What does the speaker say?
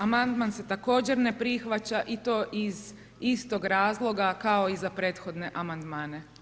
Amandman se također ne prihvaća i to iz istog razloga kao i za prethodne amandmane.